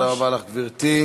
תודה רבה לך, גברתי.